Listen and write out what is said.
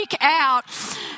out